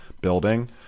building